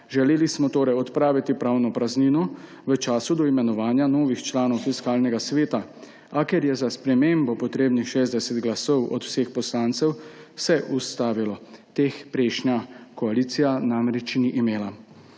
Želeli smo torej odpraviti pravno praznino v času do imenovanja novih članov Fiskalnega sveta, a ker je za spremembo potrebnih 60 glasov poslancev, se je ustavilo. Teh prejšnja koalicija namreč ni imela.